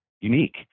unique